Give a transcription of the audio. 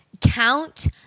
Count